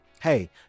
hey